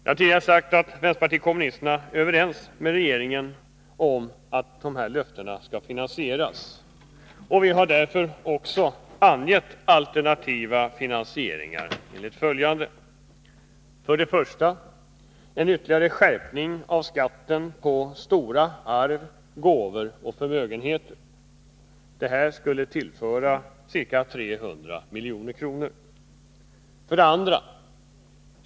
Jag har tidigare sagt att vpk är överens med regeringen om att de här löfterna skall finansieras, och vi har därför också angett alternativa finansieringar enligt följande: 1. En ytterligare skärpning av skatten på stora arv, gåvor och förmögenheter. Detta skulle ge ca 300 milj.kr. 2.